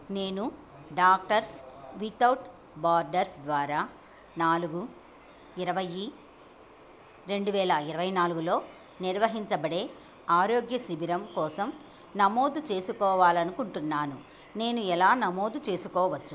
నేను Doctors Without Borders ద్వారా నాలుగు ఇరవై రెండువేల ఇరవై నాలుగులో నిర్వహించబడే ఆరోగ్య శిబిరం కోసం నమోదు చేసుకోవాలనుకుంటున్నాను నేను ఎలా నమోదు చేసుకోవచ్చు